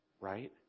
right